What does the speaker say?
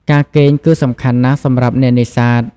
ការគេងគឺសំខាន់ណាស់សម្រាប់អ្នកនេសាទ។